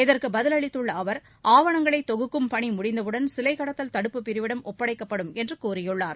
இதற்கு பதிலளித்துள்ள அவர் ஆவணங்களை தொகுக்கும் பணி முடிந்தவுடன் சிலை கடத்தல் தடுப்புப் பிரிவிடம் ஒப்படைக்கப்படும் என்று கூறியுள்ளார்